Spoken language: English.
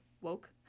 woke